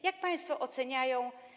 Jak państwo to oceniają?